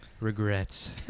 Regrets